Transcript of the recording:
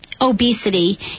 obesity